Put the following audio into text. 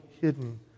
hidden